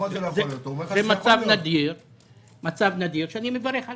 זה מצב נדיר שאני מברך עליו.